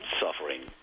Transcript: suffering